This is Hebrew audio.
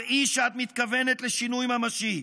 הראי שאת מתכוונת לשינוי ממשי.